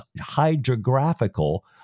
hydrographical